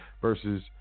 versus